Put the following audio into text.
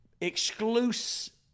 exclusive